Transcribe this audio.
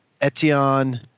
Etienne